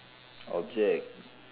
object